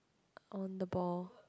oh the ball